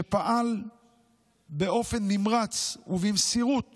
שפעל באופן נמרץ ובמסירות